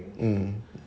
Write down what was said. mm